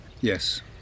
Yes